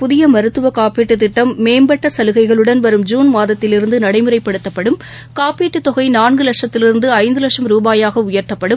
புதியமருத்துவகாப்பீட்டுதிட்டம் மேம்பட்டசலுகைகுளுடன் அரசுஊழியர்களுக்கான வரும் ஜூன்மாதத்திலிருந்துநடைமுறைப்படுத்தப்படும் காப்பீட்டுத் தொகைநான்குலட்சத்திலிருந்துஐந்துலட்சம் ரூபாயாகஉயர்த்தப்படும்